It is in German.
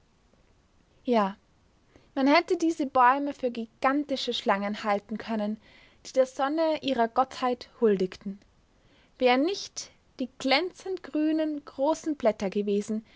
ja man hätte diese bäume für gigantische schlangen halten können die der sonne ihrer gottheit huldigten wären nicht die glänzend grünen großen blätter gewesen